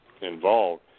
involved